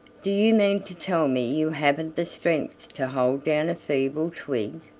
do you mean to tell me you haven't the strength to hold down a feeble twig?